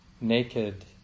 Naked